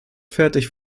fertig